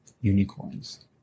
unicorns